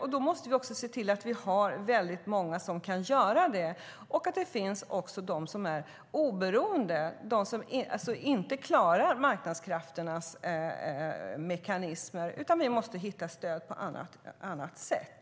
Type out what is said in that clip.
Vi måste se till att vi har många som kan göra det och att det också finns de som är oberoende, de som inte klarar marknadskrafternas mekanismer. Vi måste hitta stöd på annat sätt.